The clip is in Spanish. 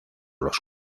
los